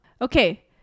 Okay